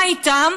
מה איתם?